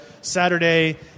Saturday